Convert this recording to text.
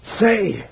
Say